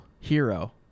hero